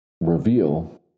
reveal